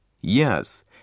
Yes